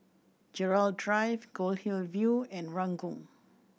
Gerald Drive Goldhill View and Ranggung